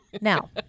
now